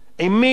עם מי?